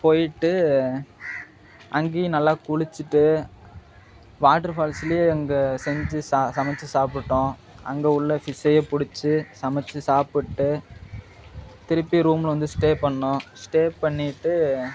போய்ட்டு அங்கேயும் நல்லா குளிச்சிட்டு வாட்ரு ஃபால்ஸ்லேயே அங்கே செஞ்சு ச சமைச்சி சாப்பிட்டுட்டோம் அங்கே உள்ள ஃபிஸ்ஸயே பிடிச்சி சமைச்சி சாப்பிட்டு திருப்பி ரூம்ல வந்து ஸ்டே பண்ணோம் ஸ்டே பண்ணிட்டு